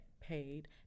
paid